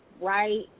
right